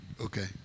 Okay